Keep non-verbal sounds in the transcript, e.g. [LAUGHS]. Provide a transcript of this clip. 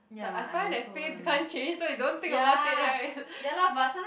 like I find that face can't change so you don't think about it right [LAUGHS]